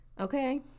Okay